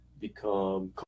become